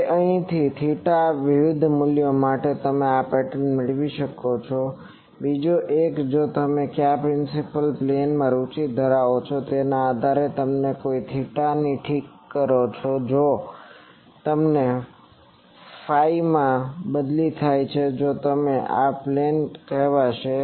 તેથી અહીં થીટાના વિવિધ મૂલ્યો માટે તમે આ પેટર્ન મેળવી શકો છો બીજો એક જો તમે કયા પ્રિન્સીપલ પ્લેન માં તમે રુચિ ધરાવો છો તેના આધારે જો તમે કોઈ થીટાને ઠીક કરો છો અને જો તમને તે ફાઈમાં બદલાય છે તો તમે જાણો છો કે આને પ્લેન કહેવાશે